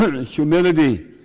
humility